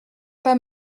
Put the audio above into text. pas